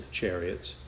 chariots